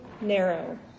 narrow